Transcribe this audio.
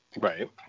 Right